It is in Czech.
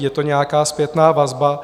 Je to nějaká zpětná vazba.